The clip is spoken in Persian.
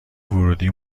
ورودی